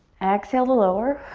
exhale to lower.